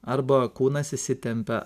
arba kūnas įsitempia